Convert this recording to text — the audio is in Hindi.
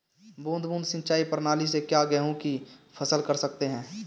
बूंद बूंद सिंचाई प्रणाली से क्या गेहूँ की फसल कर सकते हैं?